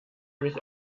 mich